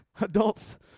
Adults